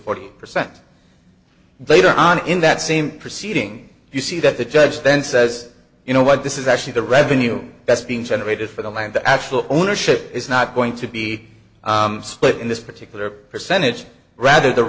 forty percent later on in that same proceeding you see that the judge then says you know what this is actually the revenue that's being generated for the land the actual ownership is not going to be split in this particular percentage rather the